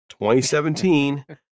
2017